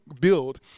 build